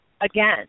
again